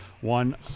One